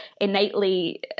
innately